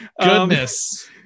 goodness